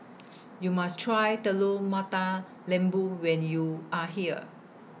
YOU must Try Telur Mata Lembu when YOU Are here